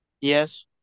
Yes